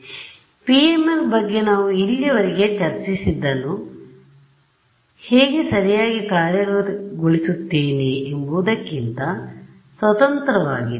ಆದ್ದರಿಂದ PML ಬಗ್ಗೆ ನಾವು ಇಲ್ಲಿಯವರೆಗೆ ಚರ್ಚಿಸಿದ್ದನ್ನು ನಾನು ಅದನ್ನು ಹೇಗೆ ಸರಿಯಾಗಿ ಕಾರ್ಯಗತಗೊಳಿಸುತ್ತೇನೆ ಎಂಬುದಕ್ಕಿಂತ ಸ್ವತಂತ್ರವಾಗಿದೆ